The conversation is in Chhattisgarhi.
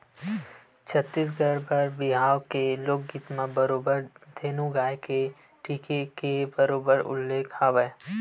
छत्तीसगढ़ी बर बिहाव के लोकगीत म बरोबर धेनु गाय टीके के बरोबर उल्लेख हवय